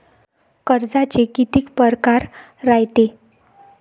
कर्जाचे कितीक परकार रायते?